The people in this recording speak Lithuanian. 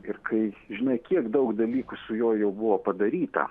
ir kai žinai kiek daug dalykų su juo jau buvo padaryta